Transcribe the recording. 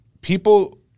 people